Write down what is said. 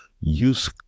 Use